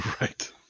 Right